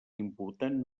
important